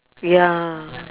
ya